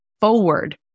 forward